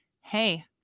hey